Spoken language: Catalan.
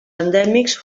endèmics